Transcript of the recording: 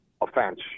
offense